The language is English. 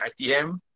RTM